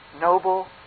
noble